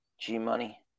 G-Money